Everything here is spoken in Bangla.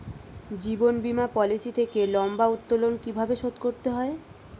জীবন বীমা পলিসি থেকে লম্বা উত্তোলন কিভাবে শোধ করতে হয়?